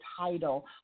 title